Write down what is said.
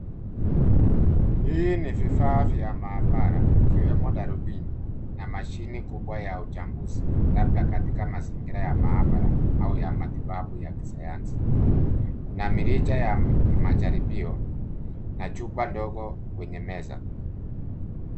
Hii ni vifaa vya maabara, ikiwemo darubini, na mashine kubwa ya uchambuzi, labda katika mazingira ya maabara, au ya matibabu ya kisayansi. Kuna mirija ya majaribio, na chupa ndogo kwenye meza.